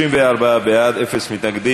בבקשה.